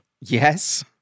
Yes